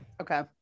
Okay